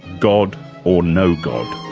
god or no god.